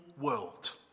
world